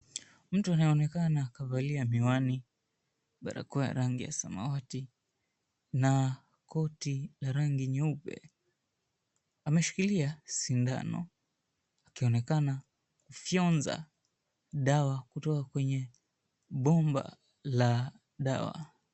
Mtu anayeonekana kavalia miwani, barakoa ya rangi ya samawati na koti la rangi nyeupe ameshikilia sindano akionekana akifyonza dawa kutoka kwenye bomba la dawa.